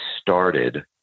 started